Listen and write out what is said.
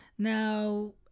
Now